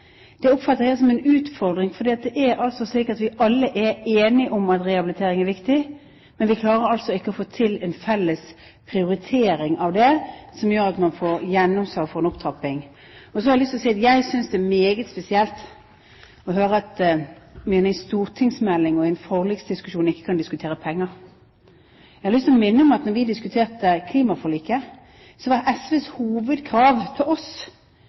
Det oppfatter jeg som en utfordring, for vi er alle enige om at rehabilitering er viktig, men vi klarer altså ikke å få til en felles prioritering av det, som gjør at man får gjennomslag for en opptrapping. Jeg synes det er meget spesielt å høre at man i en stortingsmelding og i en forliksdiskusjon ikke kan diskutere penger. Jeg har lyst til å minne om at da vi diskuterte klimaforliket, var SVs hovedkrav til oss